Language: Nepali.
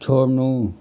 छोड्नु